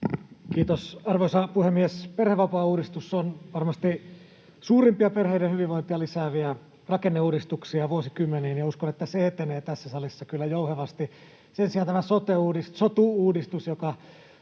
Kiitos, arvoisa puhemies! Perhevapaauudistus on varmasti suurimpia perheiden hyvinvointia lisääviä rakenneuudistuksia vuosikymmeniin, ja uskon, että se etenee tässä salissa kyllä jouhevasti. Sen sijaan tämä sotu-uudistus,